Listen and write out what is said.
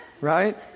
right